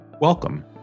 Welcome